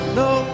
no